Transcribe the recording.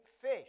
fish